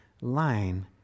line